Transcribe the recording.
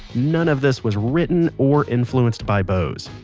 none of this was written or influenced by bose.